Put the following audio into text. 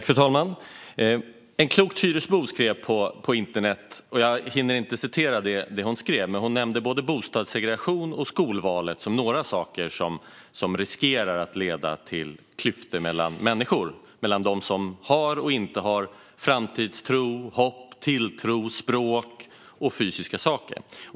Fru talman! En klok Tyresöbo skrev på internet. Jag hinner inte citera vad hon skrev, men hon nämnde både bostadssegregation och skolvalet som några saker som riskerar att leda till klyftor mellan människor, mellan dem som har och dem som inte har framtidstro, hopp, tilltro, språk och fysiska saker.